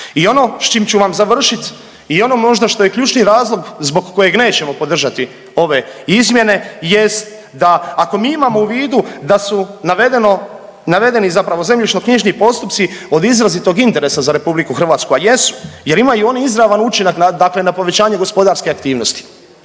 I ono s čim ću vam završit i ono možda što je ključni razlog zbog kojeg nećemo podržati ove izmjene jest da ako mi imamo u vidu da su navedeni zapravo zemljišnoknjižni postupci od izrazitog interesa za RH, a jesu jer imaju oni izravan učinak na povećanje gospodarske aktivnosti,